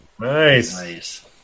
Nice